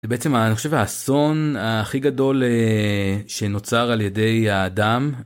בעצם אני חושב האסון הכי גדול שנוצר על ידי האדם.